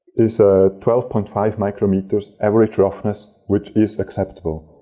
is ah twelve point five micrometers average roughness, which is acceptable.